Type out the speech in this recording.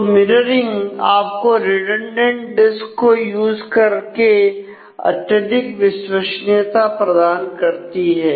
तो mirroring disks को use करके अत्यधिक विश्वसनीयता प्रदान करती है